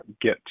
get